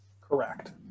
Correct